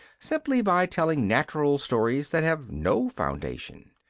simply by telling natural stories that have no foundation.